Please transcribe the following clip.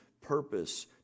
purpose